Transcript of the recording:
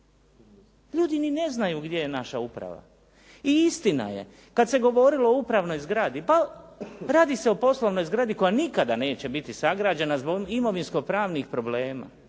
Ljudi ni ne znaju gdje je naša uprava. I istina je kad se govorilo o upravnoj zgradi pa radi se o poslovnoj zgradi koja nikada neće biti sagrađena zbog imovinsko-pravnih problema.